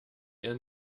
ihr